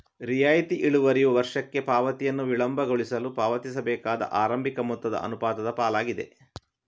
ರಿಯಾಯಿತಿ ಇಳುವರಿಯು ವರ್ಷಕ್ಕೆ ಪಾವತಿಯನ್ನು ವಿಳಂಬಗೊಳಿಸಲು ಪಾವತಿಸಬೇಕಾದ ಆರಂಭಿಕ ಮೊತ್ತದ ಅನುಪಾತದ ಪಾಲಾಗಿದೆ